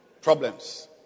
Problems